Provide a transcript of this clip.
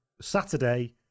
Saturday